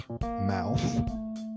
mouth